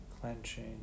clenching